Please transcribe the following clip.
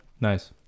Nice